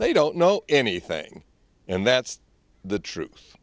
they don't know anything and that's the truth